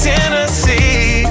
Tennessee